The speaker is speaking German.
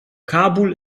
kabul